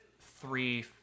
three